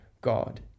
god